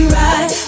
right